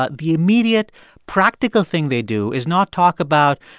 ah the immediate practical thing they do is not talk about,